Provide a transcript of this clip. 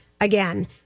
again